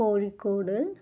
Kozhikode